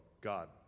God